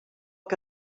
que